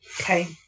Okay